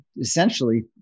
essentially